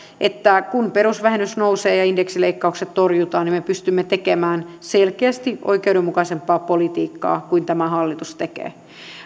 että kun perusvähennys nousee ja indeksileikkaukset torjutaan niin me pystymme tekemään selkeästi oikeudenmukaisempaa politiikkaa kuin tämä hallitus tekee